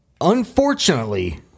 unfortunately